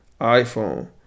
iPhone